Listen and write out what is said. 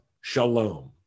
Shalom